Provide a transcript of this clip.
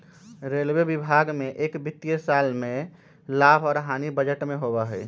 railway विभाग में एक वित्तीय साल में लाभ और हानि बजट में होबा हई